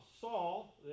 Saul